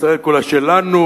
ישראל כולה שלנו,